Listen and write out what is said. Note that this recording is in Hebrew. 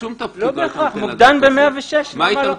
מוקדן ב-106 למה לא?